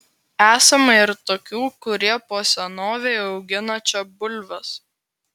esama ir tokių kurie po senovei augina čia bulves